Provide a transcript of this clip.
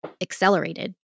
accelerated